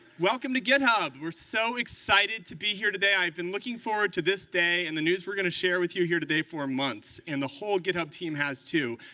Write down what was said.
welcome to github. we're so excited to be here today. i've been looking forward to this day and the news we're going to share with you here today for months, and the whole github team has too.